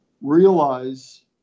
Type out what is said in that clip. realize